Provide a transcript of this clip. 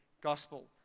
gospel